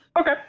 Okay